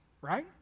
Right